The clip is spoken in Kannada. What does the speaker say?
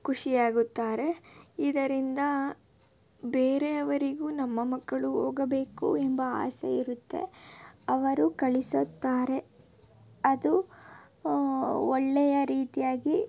ಖುಷಿ ಆಗುತ್ತಾರೆ ಇದರಿಂದ ಬೇರೆಯವರಿಗು ನಮ್ಮ ಮಕ್ಕಳು ಹೋಗಬೇಕು ಎಂಬ ಆಸೆ ಇರುತ್ತೆ ಅವರು ಕಳಿಸುತ್ತಾರೆ ಅದು ಒಳ್ಳೆಯ ರೀತಿಯಾಗಿ